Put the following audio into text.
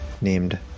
named